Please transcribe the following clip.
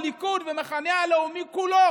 הליכוד והמחנה הלאומי כולו,